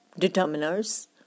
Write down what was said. determiners